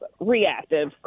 reactive